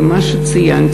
כפי שציינתי,